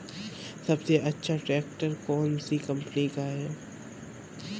सबसे अच्छा ट्रैक्टर कौन सी कम्पनी का है?